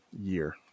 year